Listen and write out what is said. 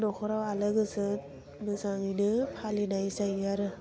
न'खराव आलो गोजोन मोजाङैनो फलिनाय जायो आरो